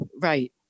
right